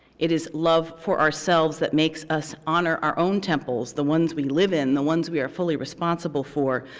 it is love for ourselves that makes us honor our own temples. the ones we live in. the ones we are fully responsible for.